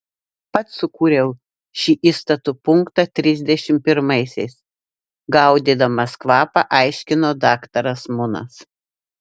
pats sukūriau šį įstatų punktą trisdešimt pirmaisiais gaudydamas kvapą aiškino daktaras munas